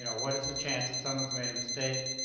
you know what is the chance that someone's made a mistake,